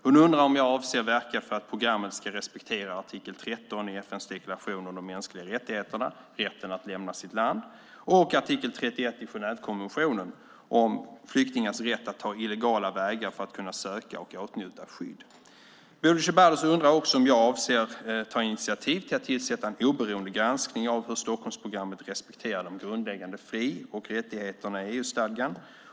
Hon undrar om jag avser att verka för att programmet ska respektera artikel 13 i FN:s deklaration om de mänskliga rättigheterna, rätten att lämna sitt land, och artikel 31 i Genèvekonventionen om flyktingars rätt att ta illegala vägar för att kunna söka och åtnjuta skydd. Bodil Ceballos undrar också om jag avser att ta initiativ till att tillsätta en oberoende granskning av hur Stockholmsprogrammet respekterar de grundläggande fri och rättigheterna i EU-stadgan.